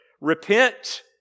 Repent